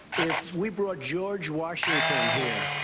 if we brought george washington here,